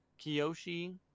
Kiyoshi